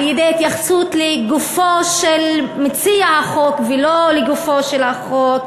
על-ידי התייחסות לגופו של מציע החוק ולא לגופו של החוק,